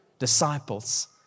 disciples